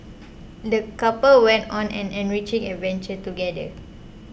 the couple went on an enriching adventure together